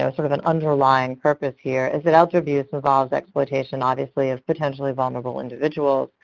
ah sort of an underlying purpose here is that elder abuse involves exploitation, obviously, of potentially vulnerable individuals.